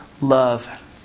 love